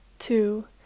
Two